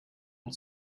und